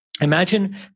Imagine